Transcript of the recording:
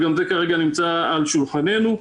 וגם זה כרגע נמצא על שולחננו.